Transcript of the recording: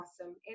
awesome